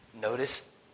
Notice